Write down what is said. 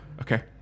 Okay